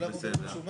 ודאי שיש,